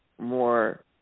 more